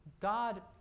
God